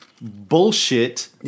bullshit